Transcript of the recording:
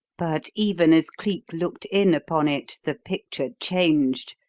but even as cleek looked in upon it the picture changed.